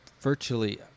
virtually